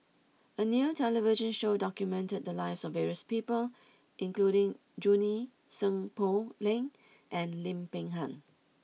a new television show documented the lives of various people including Junie Sng Poh Leng and Lim Peng Han